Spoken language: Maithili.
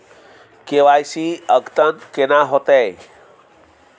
के.वाई.सी अद्यतन केना होतै?